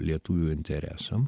lietuvių interesam